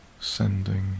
sending